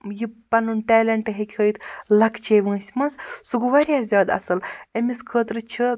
یہِ پَنُن ٹیلیٚنٹ ہیٚکہِ ہٲیِتھ لَۄکچے وٲنٛسہِ منٛز سُہ گوٚو واریاہ زیادٕ اصٕل أمِس خٲطرٕ چھِ